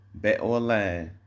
BetOnline